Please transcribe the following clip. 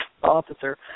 officer